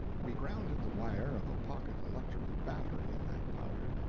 we grounded the wire of a pocket electrical battery in that powder,